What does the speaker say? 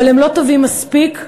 אבל הם לא טובים מספיק לנו.